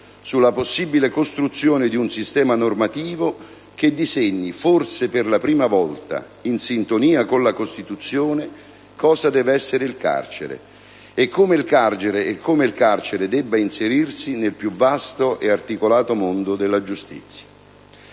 sulla possibile costruzione di un sistema normativo che disegni, forse per la prima volta, in sintonia con la Costituzione, cosa deve essere il carcere e come il carcere debba inserirsi nel più vasto e articolato mondo della giustizia.